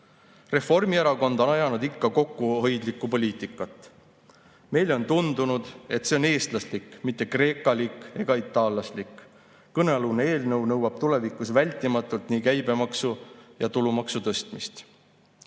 Reformierakond on ajanud ikka kokkuhoidlikku poliitikat. Meile on tundunud, et see on eestlaslik, mitte kreekalik ega itaallaslik. Kõnealune eelnõu nõuab tulevikus vältimatult nii käibemaksu kui tulumaksu tõstmist.